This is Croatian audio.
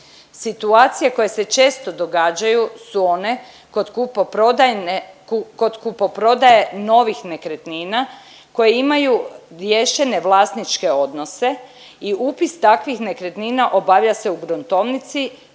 Situacije koje se često događaju su one kod kupoprodajne, kod kupoprodaje novih nekretnina koje imaju riješene vlasničke odnose i upis takvih nekretnina obavlja se u gruntovnici,